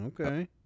Okay